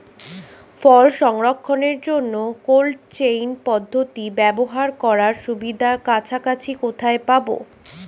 ফল সংরক্ষণের জন্য cold chain পদ্ধতি ব্যবহার করার সুবিধা কাছাকাছি কোথায় পাবো?